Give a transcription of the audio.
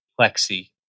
Plexi